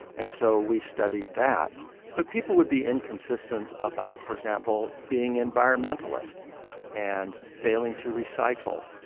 and so we studied that but people would be inconsistent about, for example, being environmentalist and failing to recycle,